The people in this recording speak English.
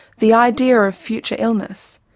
the idea of future illness,